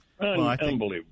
Unbelievable